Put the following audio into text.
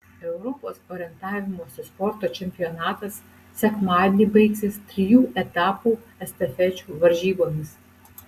europos orientavimosi sporto čempionatas sekmadienį baigsis trijų etapų estafečių varžybomis